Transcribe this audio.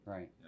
Right